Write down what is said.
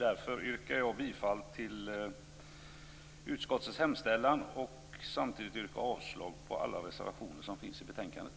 Därför yrkar jag bifall till utskottets hemställan och samtidigt avslag på alla reservationer som finns i betänkandet.